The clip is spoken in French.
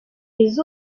les